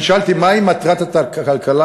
אני שאלתי: מהי מטרת הכלכלה,